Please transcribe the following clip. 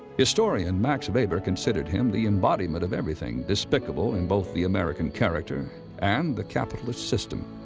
historian max weber considered him the embodiment of everything despicable in both the american character and the capitalist system.